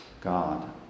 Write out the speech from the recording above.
God